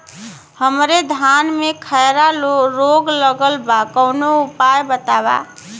हमरे धान में खैरा रोग लगल बा कवनो उपाय बतावा?